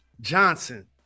Johnson